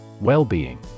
Well-being